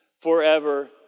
forever